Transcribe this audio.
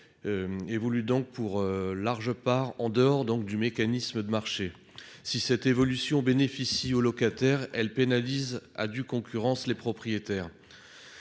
évoluent donc pour une large part en dehors des mécanismes de marché. Si cette évolution bénéficie aux locataires, elle pénalise à due concurrence les propriétaires.